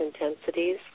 intensities